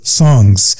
songs